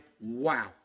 wow